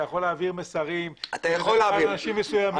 אתה יכול להעביר מסרים לאנשים מסוימים.